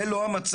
זה לא המצב.